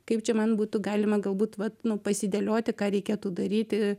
kaip čia man būtų galima galbūt vat nu pasidėlioti ką reikėtų daryti